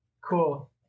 Cool